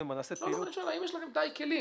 אני שואל אם יש לכם די כלים.